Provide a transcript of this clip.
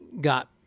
got